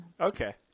Okay